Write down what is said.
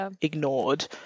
ignored